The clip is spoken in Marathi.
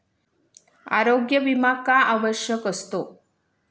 आरोग्य विमा का आवश्यक असतो?